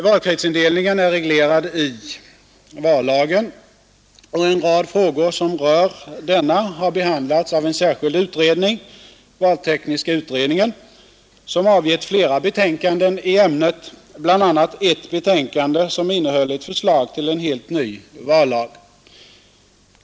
Valkretsindelningen är reglerad i vallagen, och en rad frågor som rör denna har behandlats av en särskild utredning — valtekniska utredningen — som avgett flera betänkanden i ärendet, bl.a. ett betänkande som innehöll ett förslag till en helt ny vallag.